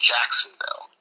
Jacksonville